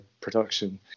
production